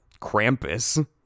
Krampus